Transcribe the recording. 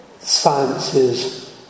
science's